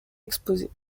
exposés